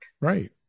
Right